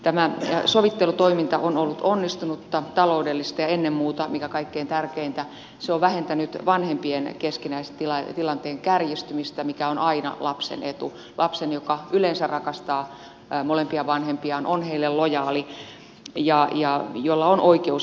tämä sovittelutoiminta on ollut onnistunutta taloudellista ja ennen muuta mikä kaikkein tärkeintä se on vähentänyt vanhempien keskinäisen tilanteen kärjistymistä mikä on aina lapsen etu lapsen joka yleensä rakastaa molempia vanhempiaan on heille lojaali ja jolla on oikeus vanhempiinsa